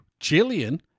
Jillian